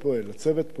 הצוות פועל,